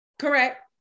Correct